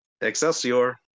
excelsior